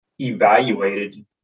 evaluated